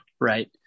Right